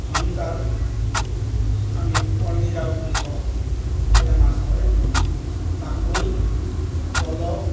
ঘনজাল যিটোক আমি পোৱালাঙি জাল বুলি কওঁ সেয়েৰে মাছ ধৰে জাকৈ প'ল